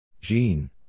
Jean